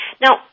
Now